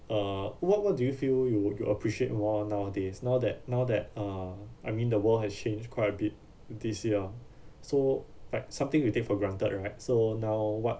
uh what what do you feel you would you appreciate more nowadays now that now that uh I mean the world has changed quite a bit this year so like something you take for granted right so now what